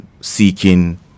seeking